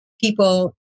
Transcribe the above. people